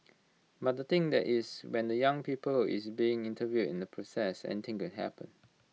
but the thing is that when the young people who is being interviewed in that process anything could happen